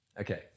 Okay